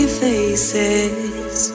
faces